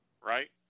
right